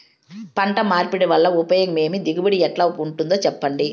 పంట మార్పిడి వల్ల ఉపయోగం ఏమి దిగుబడి ఎట్లా ఉంటుందో చెప్పండి?